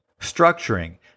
structuring